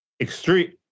extreme